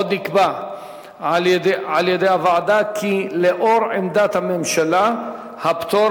עוד נקבע בוועדה כי לאור עמדת הממשלה הפטור